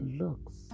looks